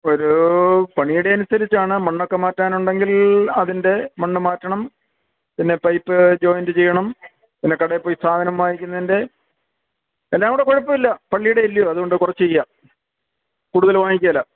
ഒരു പണിയുടെ അനുസരിച്ചാണ് മണ്ണൊക്കെ മാറ്റാനുണ്ടെങ്കിൽ അതിൻ്റെ മണ്ണ് മാറ്റണം പിന്നെ പൈപ്പ് ജോയിൻറ്റ് ചെയ്യണം പിന്നെ കടയിൽ പോയി സാധനം വാങ്ങിക്കുന്നതിൻ്റെ എല്ലാം കൂടെ കുഴപ്പമില്ല പള്ളീടെ അല്ല്യോ അതോണ്ട് കുറച്ച് ചെയ്യാം കൂടുതൽ വാങ്ങിക്കേല